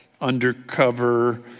undercover